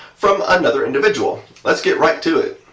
from another individual. lets get right to it!